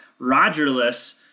Rogerless